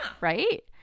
Right